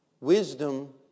Wisdom